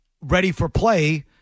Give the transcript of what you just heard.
ready-for-play